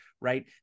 right